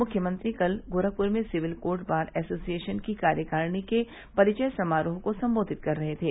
मुख्यमंत्री कल गोखपुर में सिविल कोर्ट बार एसोसिएशन की कार्यकारिणी के परिवय समारोह को सम्बोधित कर रहे थे